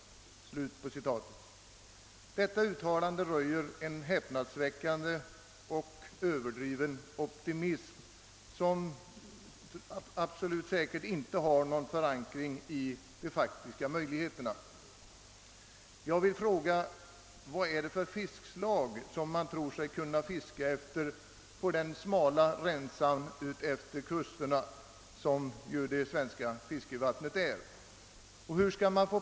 Detta uttalande röjer en häpnadsväckande och överdriven optimism, som sannerligen inte har någon förankring i de faktiska möjligheterna.